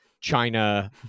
China